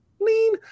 lean